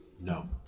No